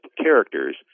characters